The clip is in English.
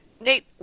Nate